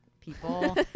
people